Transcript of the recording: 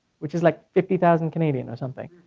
which is like fifty thousand canadian or something.